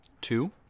two